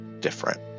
different